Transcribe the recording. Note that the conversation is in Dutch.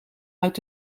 uit